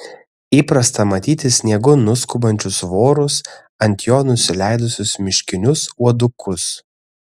įprasta matyti sniegu nuskubančius vorus ant jo nusileidusius miškinius uodukus